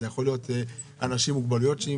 זה יכול להיות אנשים עם מוגבלויות שהיא